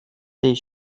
tes